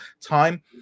time